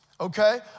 Okay